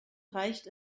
reicht